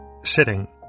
sitting